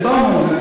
ודיברנו על זה,